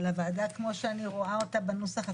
אבל הוועדה, כמו שאני רואה אותה בנוסח הקודם,